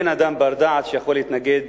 אין אדם בר-דעת שיכול להתנגד